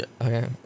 Okay